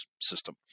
system